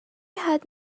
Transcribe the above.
had